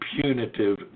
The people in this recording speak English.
punitive